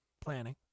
planning